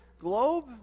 globe